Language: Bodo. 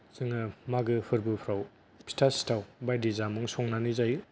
जोङो मागो फोरबोफ्राव फिथा सिथाव बायदि जामुं संनानै जायो